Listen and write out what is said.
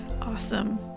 Awesome